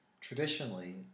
traditionally